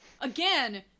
again